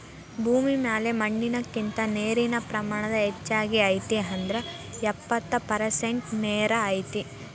ಭೂಮಿ ಮ್ಯಾಲ ಮಣ್ಣಿನಕಿಂತ ನೇರಿನ ಪ್ರಮಾಣಾನ ಹೆಚಗಿ ಐತಿ ಅಂದ್ರ ಎಪ್ಪತ್ತ ಪರಸೆಂಟ ನೇರ ಐತಿ